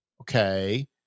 Okay